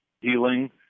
Healing